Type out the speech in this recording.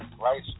right